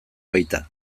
baita